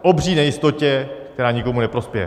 K obří nejistotě, která nikomu neprospěje.